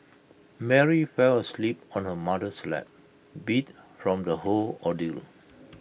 Mary fell asleep on her mother's lap beat from the whole ordeal